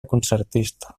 concertista